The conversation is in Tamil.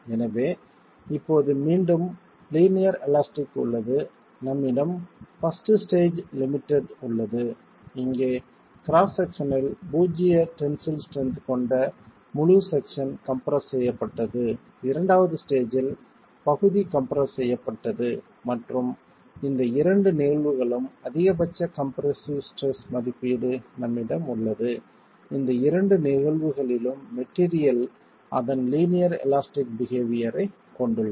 எனவே இப்போது மீண்டும் லீனியர் எலாஸ்டிக் உள்ளது நம்மிடம் பஸ்ட் ஸ்டேஜ் லிமிடெட் உள்ளது இங்கே கிராஸ் செக்ஷனில் பூஜ்ஜிய டென்சில் ஸ்ட்ரென்த் கொண்ட முழு செக்சன் கம்பிரஸ் செய்யப்பட்டது 2வது ஸ்டேஜ்ஜில் பகுதி கம்பிரஸ் செய்யப்பட்டது மற்றும் இந்த இரண்டு நிகழ்வுகளிலும் அதிகபட்ச கம்ப்ரசிவ் ஸ்ட்ரெஸ் மதிப்பீடு நம்மிடம் உள்ளது இந்த இரண்டு நிகழ்வுகளிலும் மெட்டீரியல் அதன் லீனியர் எலாஸ்டிக் பிஹேவியர் ஐ கொண்டுள்ளது